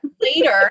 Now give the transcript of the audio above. later